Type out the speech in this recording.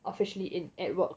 officially in at work